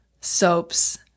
soaps